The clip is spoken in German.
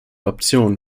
option